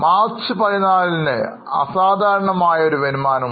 March 14 അസാധാരണമായ ഒരു വരുമാനമുണ്ട്